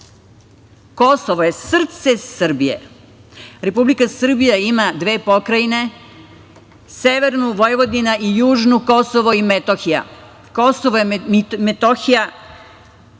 narod. Kosovo je srce Srbije. Republika Srbija ima dve pokrajine, severnu Vojvodinu i južnu Kosovo i Metohija. Kosovo i Metohija